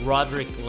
Roderick